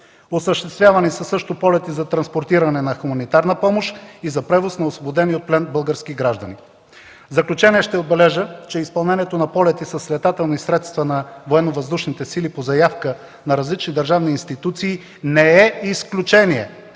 Осъществявани са също полети за транспортиране на хуманитарна помощ и за превоз на освободени от плен български граждани. В заключение ще отбележа, че изпълнението на полети с летателни средства на Военновъздушните сили по заявка на различни държавни институции не е изключение,